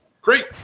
great